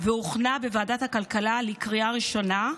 והוכנה בוועדת הכלכלה לקריאה ראשונה,